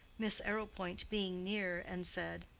miss arrowpoint being near, and said,